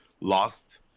lost